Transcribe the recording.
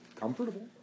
comfortable